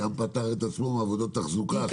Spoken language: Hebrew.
גם פטר את עצמו מעבודות תחזוקה.